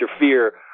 interfere